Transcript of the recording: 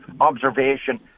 observation